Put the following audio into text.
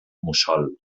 mussol